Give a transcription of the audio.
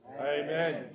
Amen